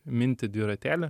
minti dviratėlį